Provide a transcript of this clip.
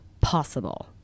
Possible